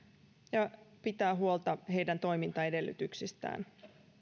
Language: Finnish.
ja pitää huolta heidän toimintaedellytyksistään